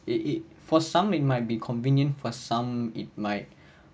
it it for some it might be convenient for some it might